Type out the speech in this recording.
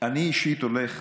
אני אישית הולך